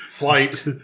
Flight